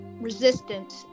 resistance